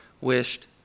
wished